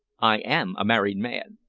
i am a married man.